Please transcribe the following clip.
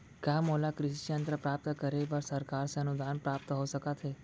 का मोला कृषि यंत्र प्राप्त करे बर सरकार से अनुदान प्राप्त हो सकत हे?